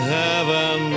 heaven